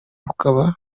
bukaba